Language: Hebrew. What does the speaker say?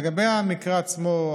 לגבי המקרה עצמו,